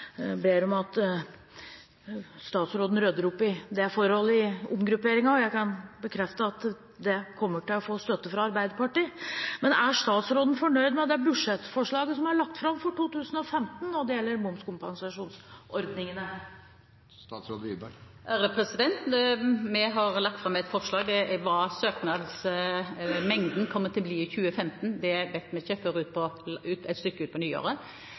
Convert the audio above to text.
ber om at statsråden rydder opp i det forholdet i omgrupperingen, og jeg kan bekrefte at det kommer til å få støtte fra Arbeiderpartiet. Men er statsråden fornøyd med det budsjettforslaget som er lagt fram for 2015, når det gjelder momskompensasjonsordningene? Vi har lagt fram et forslag. Hva søknadsmengden kommer til å bli i 2105, vet vi ikke før